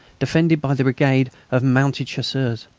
defended by the brigade of mounted chasseurs.